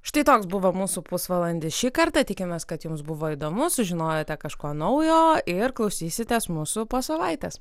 štai toks buvo mūsų pusvalandis šį kartą tikimės kad jums buvo įdomu sužinojote kažko naujo ir klausysitės mūsų po savaitės